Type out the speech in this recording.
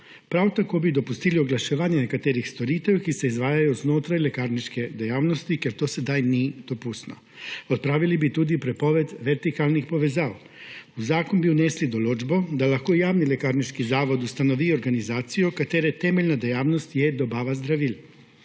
Prav tako bi dopustili oglaševanje nekaterih storitev, ki se izvajajo znotraj lekarniške dejavnosti, ker to sedaj ni dopustno. Odpravili bi tudi prepoved vertikalnih povezav. V zakon bi vnesli določbo, da lahko javni lekarniški zavodi ustanovijo organizacijo, katere temeljna dejavnost je dobava zdravil.